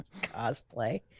Cosplay